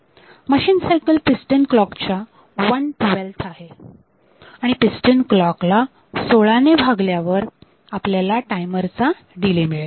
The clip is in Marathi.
मशीन सायकल पिस्टन क्लॉक च्या वन ट्वेल्थ 112 आहे आणि पिस्टन क्लॉक ला सोळा ने भागल्यावर आपल्याला टाईमर चा डिले मिळेल